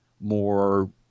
more